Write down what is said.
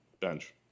Bench